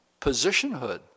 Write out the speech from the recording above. positionhood